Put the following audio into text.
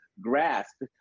grasp